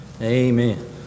amen